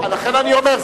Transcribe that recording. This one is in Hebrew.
לכן אני אומר,